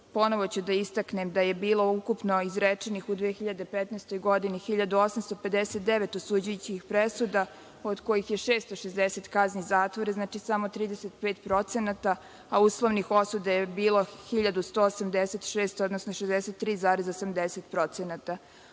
Ponovo ću da istaknem da je bilo ukupno izrečenih u 2015. godini 1.859 osuđujućih presuda, od kojih je 660 kazni zatvora, znači, samo 35%, a uslovnih osuda je bilo 1.186, odnosno 63,80%.